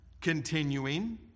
continuing